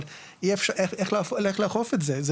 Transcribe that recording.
איך לאכוף את זה,